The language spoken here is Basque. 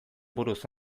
buruz